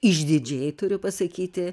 išdidžiai turiu pasakyti